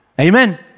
Amen